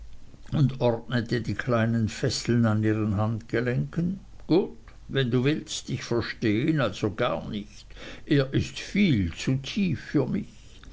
und ordnete die kleinen fesseln an ihren handgelenken gut wenn du willst ich verstehe ihn also gar nicht er ist viel zu tief für mich